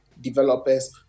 developers